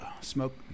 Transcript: Smoke